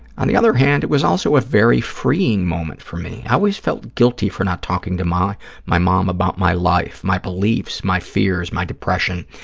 on the other hand, it was also a very freeing moment for me. i always felt guilty for not talking to my my mom about my life, my beliefs, my fears, my depression,